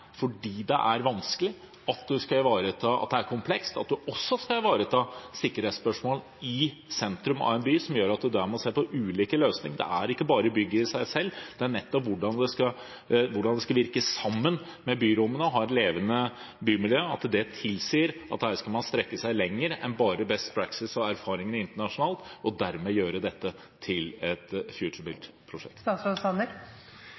vanskelig, at det er komplekst, at man også skal ivareta sikkerhetsspørsmål i sentrum av en by, som gjør at man må se på ulike løsninger? Det er ikke bare bygget i seg selv, men nettopp hvordan det skal virke sammen med byrom, og det at man skal ha et levende bymiljø, som tilsier at man her skal strekke seg lenger enn bare til «best practice» og internasjonal erfaring og dermed gjøre dette til et